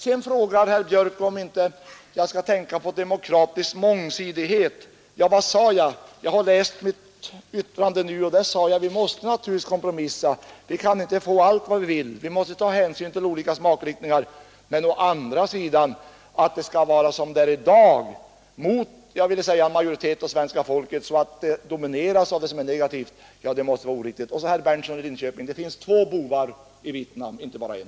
Så frågade herr Björk om jag inte skall tänka på demokratisk mångsidighet i programutbudet. Jag har läst mitt yttrande nu, och där sade jag att vi naturligtvis måste kompromissa. Vi kan inte få allt vad vi vill, vi måste ta hänsyn till olika smakriktningar. Men å andra sidan, att det skall vara som det är i dag, mot — vill jag säga — majoriteten av det svenska folket, så att verksamheten domineras av det som är negativt, det måste vara oriktigt. Till herr Berndtson i Linköping vill jag säga att det finns två bovar i Vietnam, inte bara en.